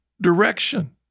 direction